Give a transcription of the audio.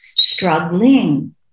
struggling